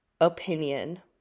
opinion